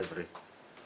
חבר'ה,